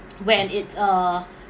when it's uh